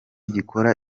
gikora